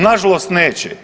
Nažalost neće.